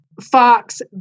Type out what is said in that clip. Fox